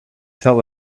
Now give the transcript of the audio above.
tell